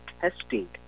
testing